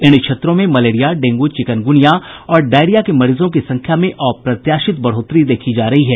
इन क्षेत्रों में malaria dengue chikungunya और डायरिया के मरीजों की संख्या में अप्रत्याशित बढ़ोतरी देखी जा रही है